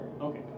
Okay